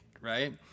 right